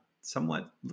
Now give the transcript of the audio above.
somewhat